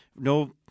no